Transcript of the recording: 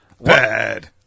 Bad